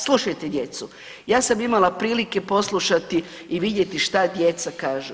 Slušajte djecu, ja sam imala prilike poslušati i vidjeti šta djeca kažu.